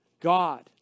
God